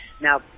Now